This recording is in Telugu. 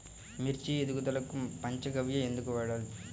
మిర్చి ఎదుగుదలకు పంచ గవ్య ఎందుకు వాడాలి?